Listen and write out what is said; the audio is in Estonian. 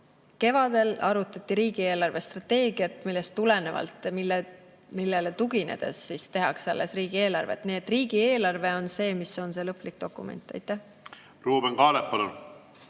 Kevadel arutati riigi eelarvestrateegiat, millest tulenevalt, millele tuginedes tehakse alles riigieelarve. Nii et riigieelarve on see, mis on see lõplik dokument. Aitäh! Riigieelarve